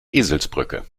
eselsbrücke